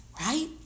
right